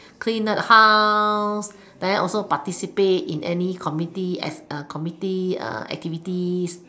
clean the house then also participate in any community as community activity